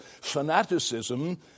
fanaticism